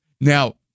Now